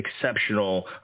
exceptional